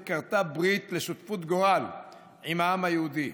כרתה ברית לשותפות גורל עם העם היהודי.